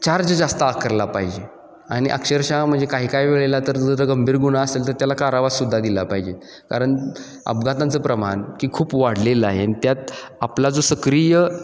charge जास्त आकरला पाहिजे आणि अक्षरशः म्हणजे काही काही वेळेला तर जर जरा गंभीर गुन्हा असेल तर त्याला कारावास सुद्धा दिला पाहिजे कारण अपघातांचं प्रमाण की खूप वाढलेलं आहे आणि त्यात आपला जो सक्रिय